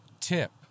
tip